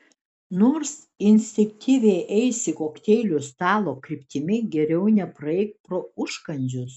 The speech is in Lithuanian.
nors instinktyviai eisi kokteilių stalo kryptimi geriau nepraeik pro užkandžius